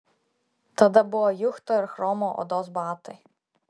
tada buvo juchto ir chromo odos batai